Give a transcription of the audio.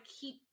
keep